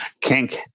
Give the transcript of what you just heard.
kink